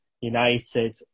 United